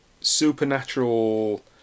supernatural